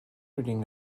reading